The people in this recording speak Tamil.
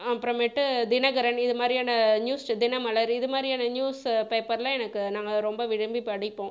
அப்புறமேட்டு தினகரன் இதுமாதிரியான நியூஸ் தினமலர் இதுமாதிரியான நியூஸ்ஸு பேப்பர்லில் எனக்கு நாங்கள் ரொம்ப விரும்பி படிப்போம்